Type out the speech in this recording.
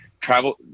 travel